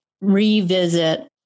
revisit